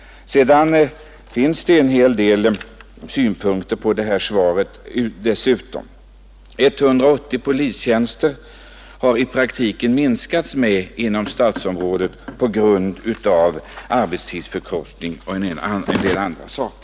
Sedan finns det en hel del synpunkter på det här svaret därutöver. Antalet polistjänster har t.ex. i praktiken minskats med 180 inom stadsområdet på grund av arbetstidsförkortning och andra förhållanden.